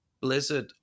Blizzard